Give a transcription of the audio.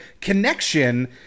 connection